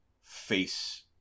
face